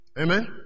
Amen